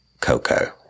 Coco